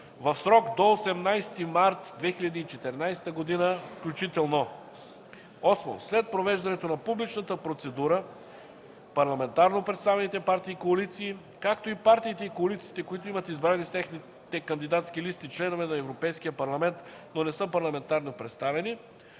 в срок до 18 март 2014 г. включително. 8. След провеждането на публичната процедура, парламентарно представените партии и коалиции, както и партиите и коалициите, които имат избрани с техните кандидатски листи членове на Европейския парламент, но не са парламентарно представени,